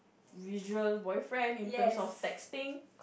visual boyfriend in terms of texting